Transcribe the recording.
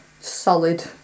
solid